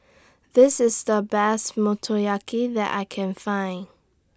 This IS The Best Motoyaki that I Can Find